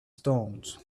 stones